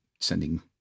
sending